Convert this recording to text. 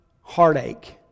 heartache